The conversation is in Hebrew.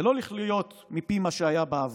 ולא לחיות מפי מה שהיה בעבר,